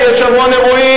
כי יש המון אירועים,